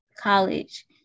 college